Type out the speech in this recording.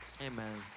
Amen